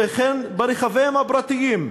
וכן ברכביהם הפרטיים,